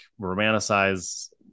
romanticize